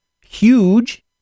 huge